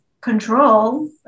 control